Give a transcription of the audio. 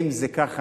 אם זה כך,